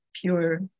pure